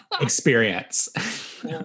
experience